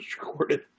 recorded